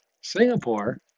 Singapore